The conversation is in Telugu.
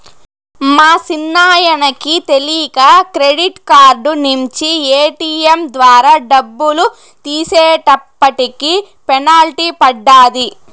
మా సిన్నాయనకి తెలీక క్రెడిట్ కార్డు నించి ఏటియం ద్వారా డబ్బులు తీసేటప్పటికి పెనల్టీ పడ్డాది